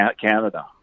Canada